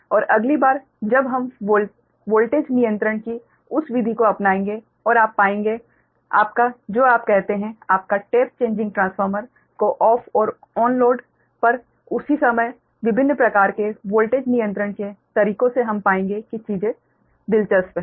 और अगली बार जब हम वोल्टेज नियंत्रण की उस विधि को अपनाएंगे और आप पाएंगे आपका जो आप कहते हैं आपका टेप चेंजिंग ट्रांसफार्मर को ऑफ और ऑन लोड पर उसी समय विभिन्न प्रकार के वोल्टेज नियंत्रण के तरीकों से हम पाएंगे कि चीजें दिलचस्प हैं